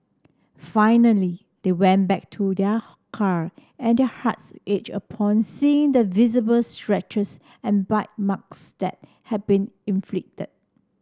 finally they went back to their car and their hearts upon seeing the visible scratches and bite marks that had been inflicted